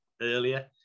earlier